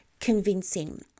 Convincing